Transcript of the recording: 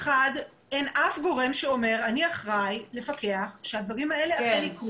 אין אף גורם שאומר: אני אחראי לפקח שהדברים האלה אכן יקרו.